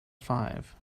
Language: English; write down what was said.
five